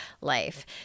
life